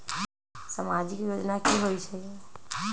समाजिक योजना की होई छई?